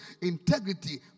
Integrity